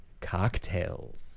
cocktails